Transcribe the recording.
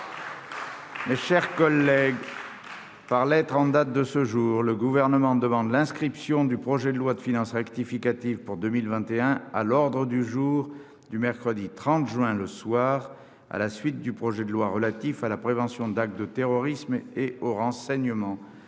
heures trente. Par lettre en date de ce jour, le Gouvernement demande l'inscription du projet de loi de finances rectificative pour 2021 à l'ordre du jour du mercredi 30 juin 2021, le soir, à la suite du projet de loi relatif à la prévention d'actes de terrorisme et au renseignement.